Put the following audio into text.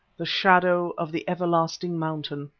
the shadow of the everlasting mountain,